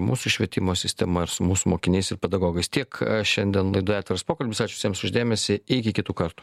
mūsų švietimo sistema ir su mūsų mokiniais ir pedagogais tiek šiandien laidoje atviras pokalbis ačiū visiems už dėmesį iki kitų kartų